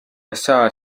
usa